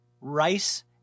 rice